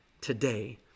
today